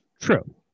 True